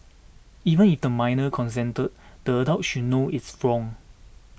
even if the minor consented the adult should know it's wrong